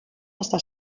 hasta